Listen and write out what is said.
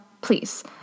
Please